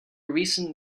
recent